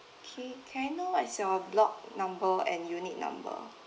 okay can I know what's your block number and unit number